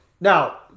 Now